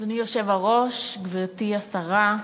אדוני היושב-ראש, גברתי השרה,